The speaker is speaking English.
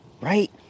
right